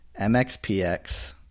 mxpx